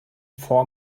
for